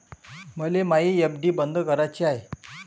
मले मायी एफ.डी बंद कराची हाय